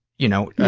you know know,